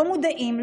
לא מודעים להם,